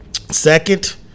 Second